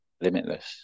limitless